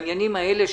בעניינים האלה.